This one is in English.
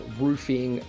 roofing